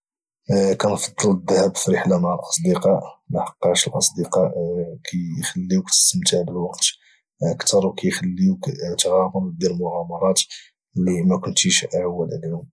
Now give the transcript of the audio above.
افضل الذهاب في رحله مع الاصدقاء لحقاش رحله مع الاصدقاء كيخليوك تستمتع بالوقت اوكي خليوك تغامر وتدير مغامرات اللي ما كنتيش عوال عليهم